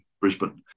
Brisbane